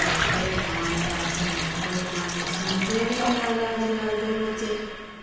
एह्कड़े पाने असें ओह्कड़े पाने सुनदे गै निं गल्ल अज्जकल दे बच्चे